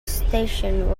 station